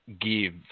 give